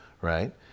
right